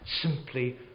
simply